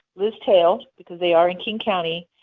liz tail, because they are in king county,